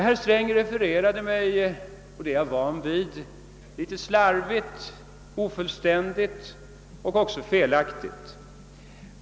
Herr Sträng refererade mig — och det är jag van vid — slarvigt, ofullständigt och också felaktigt.